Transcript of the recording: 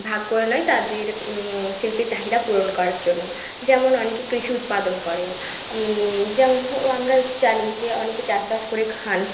ভাগ করে নেয় তাদের শিল্পের চাহিদা পূরণ করার জন্য যেমন অনেকে কৃষি উৎপাদন করেন যেমন আমরা জানি যে অনেকে চাষবাস করে খান